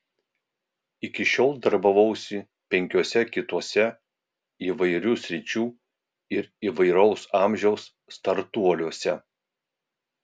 iki šiol darbavausi penkiuose kituose įvairių sričių ir įvairaus amžiaus startuoliuose